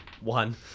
one